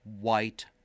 white